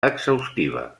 exhaustiva